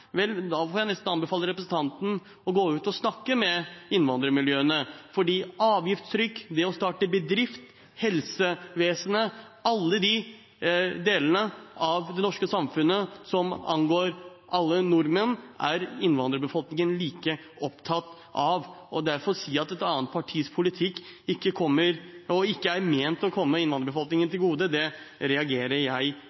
Vel, da får jeg nesten anbefale representanten å gå ut og snakke med innvandrermiljøene, for avgiftstrykk, det å starte bedrift, helsevesenet – alle de områdene av det norske samfunnet, som angår alle nordmenn, er innvandrerbefolkningen like opptatt av. Derfor: Å si at et annet partis politikk ikke er ment å komme innvandrerbefolkningen